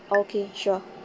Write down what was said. okay sure